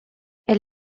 elle